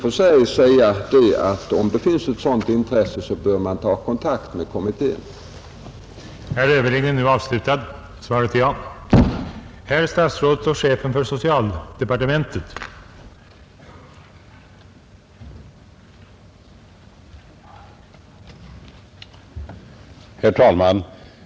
Därför vill jag gärna säga att om det finns ett sådant intresse i någon kommun, så bör man där ta kontakt med glesbygdsutredningen.